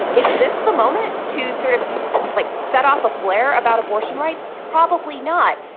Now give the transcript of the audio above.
is this the moment to sort of like set off a flare about abortion rights? probably not.